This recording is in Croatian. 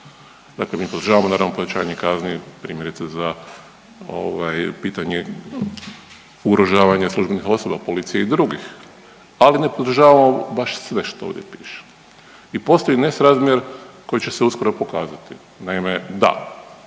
Dakle, mi podržavamo naravno povećanje kazni primjerice za ovaj pitanje ugrožavanja službenih osoba policije i drugih, ali ne podržavamo baš sve što ovdje piše. I postoji nesrazmjer koji će se uskoro pokazati. Naime da,